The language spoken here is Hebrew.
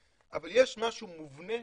אבל יש משהו מובנה,